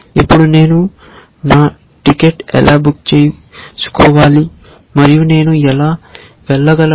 ఇప్పుడు నేను నా టికెట్ ఎలా బుక్ చేసుకోవాలి మరియు నేను ఎలా వెళ్ళగలను